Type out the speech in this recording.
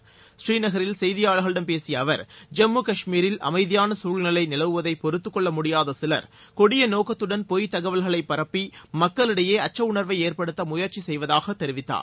பூநீநகரில் செய்தியாளர்களிடம் பேசிய அவர் ஜம்மு காஷ்மீரில் அமைதியான சுழ்நிலை நிலவுவதை பொறுத்துக்கொள்ள முடியாத சிலர் கொடிய நோக்கத்துடன் பொய் தகவல்களை பரப்பி மக்களிடையே அச்ச உணர்வை ஏற்படுத்த முயற்சி செய்வதாக தெரிவித்தார்